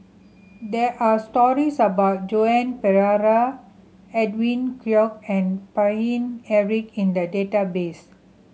there are stories about Joan Pereira Edwin Koek and Paine Eric in the database